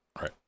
right